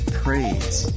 praise